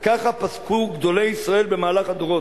ככה פסקו גדולי ישראל במהלך הדורות,